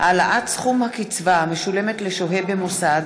העלאת סכום הקצבה המשול מת לשוהה במוסד),